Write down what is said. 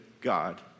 God